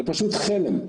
זה פשוט חלם.